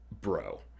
bro